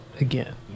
again